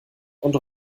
und